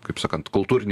kaip sakant kultūrinį